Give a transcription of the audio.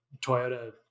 Toyota